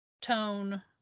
tone